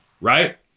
right